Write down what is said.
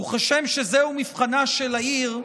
וכשם שזהו מבחנה של העיר,